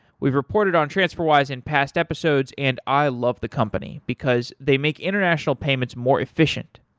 we've reported on transferwise in past episodes and i love the company because they make international payments more efficient.